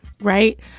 Right